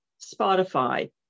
Spotify